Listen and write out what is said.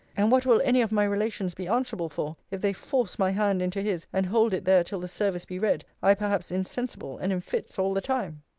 and what will any of my relations be answerable for, if they force my hand into his, and hold it there till the service be read i perhaps insensible, and in fits, all the time!